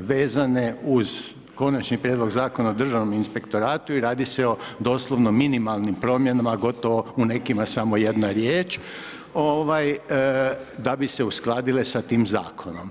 vezane uz Konačni prijedlog Zakona o Državnom inspektoratu i radi se o doslovno minimalnim promjenama, gotovo u nekima samo jedna riječ da bi se uskladile sa tim zakonom.